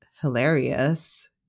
hilarious